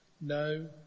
No